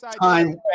time